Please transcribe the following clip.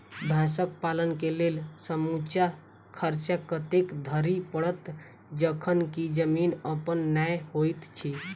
भैंसक पालन केँ लेल समूचा खर्चा कतेक धरि पड़त? जखन की जमीन अप्पन नै होइत छी